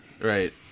Right